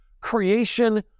Creation